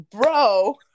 Bro